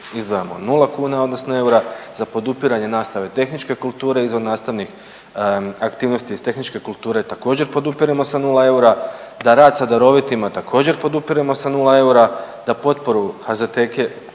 izdvajamo 0 kuna odnosno eura, za podupiranje nastave tehničke kulture, izvannastavnih aktivnosti iz tehničke kulture također podupiremo na 0 eura, da rad sa darovitima također podupiremo sa 0 eura, da potporu HZTK-e,